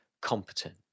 competent